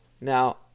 Now